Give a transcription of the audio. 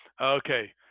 Okay